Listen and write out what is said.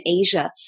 Asia